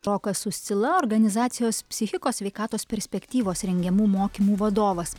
rokas uscila organizacijos psichikos sveikatos perspektyvos rengiamų mokymų vadovas